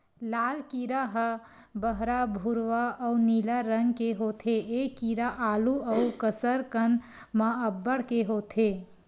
लाल कीरा ह बहरा भूरवा अउ नीला रंग के होथे ए कीरा आलू अउ कसरकंद म अब्बड़ के होथे